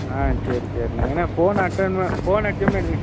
ஆ சரி சரிண்ணே ஏன்னால் ஃபோன் அட்டன் ஃபோன் அடித்தோம்னா எடுங்க